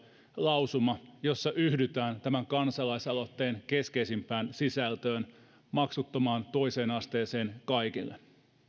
lausuma jossa yhdytään tämän kansalaisaloitteen keskeisimpään sisältöön maksuttomaan toiseen asteeseen kaikille